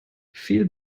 viel